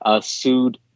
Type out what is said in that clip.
sued